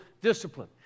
discipline